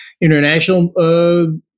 international